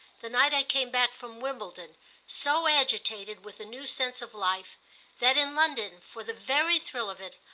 the night i came back from wimbledon so agitated with a new sense of life that in london, for the very thrill of it,